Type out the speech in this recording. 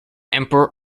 emperor